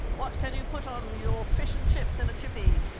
what can you put on your fish and chips in a chippy?